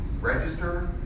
register